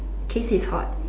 casey is hot